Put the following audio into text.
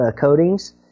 coatings